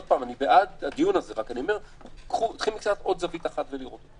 עוד פעם אני בעד הדיון הזה אבל קחו עוד זווית אחת כדי לראות: